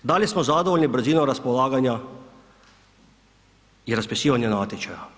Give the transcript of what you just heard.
Da li smo zadovoljni brzinom raspolaganja i raspisivanja natječaja?